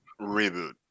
reboot